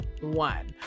one